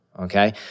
Okay